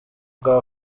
rwa